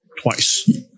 twice